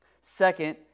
Second